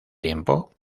tiempo